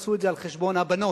עשו את זה על חשבון הבנות,